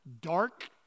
dark